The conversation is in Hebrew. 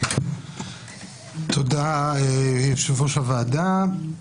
(באמצעות מצגת) תודה, יושב-ראש הוועדה.